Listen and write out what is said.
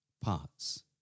parts